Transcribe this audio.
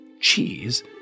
cheese